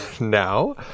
now